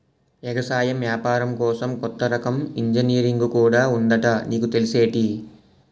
ఎగసాయం ఏపారం కోసం కొత్త రకం ఇంజనీరుంగు కూడా ఉందట నీకు తెల్సేటి?